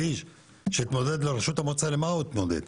בהיג' כשהוא התמודד לרשות המועצה למה הוא התמודד?